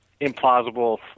implausible